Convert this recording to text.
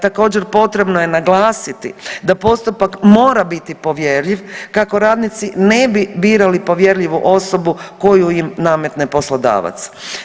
Također potrebno je naglasiti da postupak mora biti povjerljiv kako radnici ne bi birali povjerljivu osobu koju im nametne poslodavac.